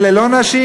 אלה לא נשים?